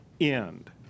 end